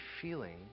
feeling